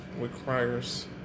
requires